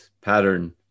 pattern